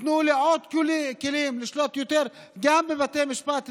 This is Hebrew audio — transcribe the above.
תנו לי עוד כלים לשלוט יותר גם בבתי משפט צבאיים,